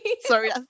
Sorry